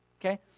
Okay